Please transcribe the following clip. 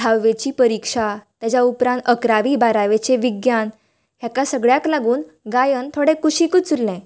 धाव्वेची परिक्षा तेज्या उपरांत अकरावी बारावेचे विज्ञान हेका सगळ्याक लागून गायन थोडे कुशीकूच उरले